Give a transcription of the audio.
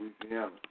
Louisiana